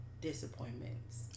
disappointments